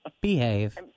Behave